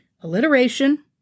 Alliteration